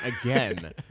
again